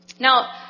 Now